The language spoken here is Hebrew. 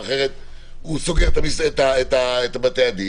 אחרת הוא סוגר את בתי הדין,